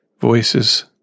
voices